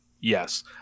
yes